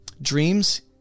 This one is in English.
Dreams